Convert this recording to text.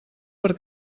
per